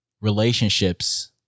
relationships